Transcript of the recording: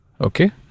okay